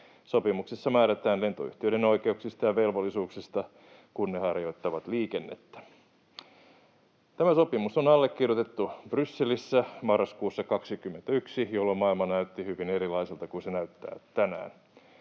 Sopimuksessa määrätään lentoyhtiöiden oikeuksista ja velvollisuuksista, kun ne harjoittavat liikennettä. Tämä sopimus on allekirjoitettu Brysselissä marraskuussa 21, jolloin maailma näytti hyvin erilaiselta kuin se näyttää tänään.